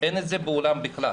אין את זה בעולם בכלל.